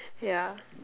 yeah